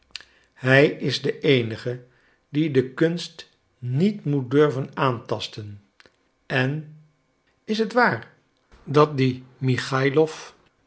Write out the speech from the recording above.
hij is de eenige dien de kunst niet moet durven aantasten en is het waar dat die michaïlof